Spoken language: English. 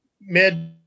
mid